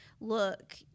look